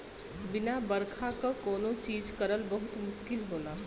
बिना बरखा क कौनो चीज करल बहुत मुस्किल होला